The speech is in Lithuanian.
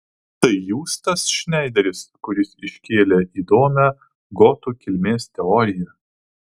tai jūs tas šneideris kuris iškėlė įdomią gotų kilmės teoriją